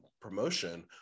promotion